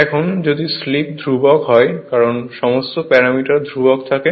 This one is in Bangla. এখন যদি স্লিপ ধ্রুবক হয় কারণ সমস্ত প্যারামিটার ধ্রুবক থাকে